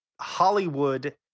Hollywood